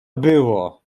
było